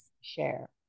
share